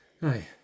Hi